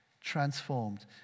transformed